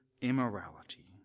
immorality